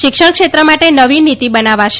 શિક્ષણ ક્ષેત્ર માટે નવી નીતી બનાવાશે